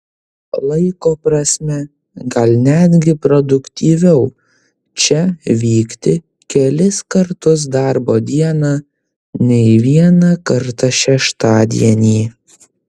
laiko prasme gal netgi produktyviau čia vykti kelis kartus darbo dieną nei vieną kartą šeštadienį